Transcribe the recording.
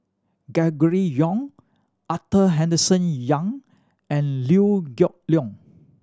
Gregory Yong Arthur Henderson Young and Liew Geok Leong